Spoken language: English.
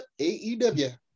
AEW